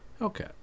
Okay